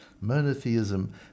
monotheism